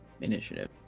initiative